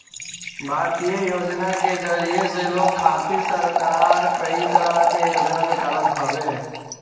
भारतीय योजना के जरिया से लोग खातिर सरकार कई तरह के योजना निकालत हवे